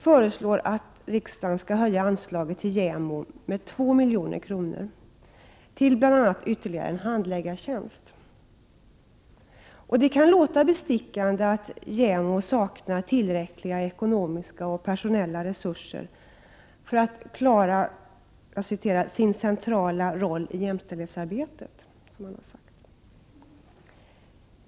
för bl.a. ytterligare en handläggartjänst. Det kan låta bestickande att JämO saknar tillräckliga ekonomiska och personella resurser för att klara ”sin centrala roll i jämställdhetsarbetet”.